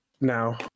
now